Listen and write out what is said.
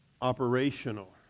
operational